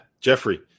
Jeffrey